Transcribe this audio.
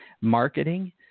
marketing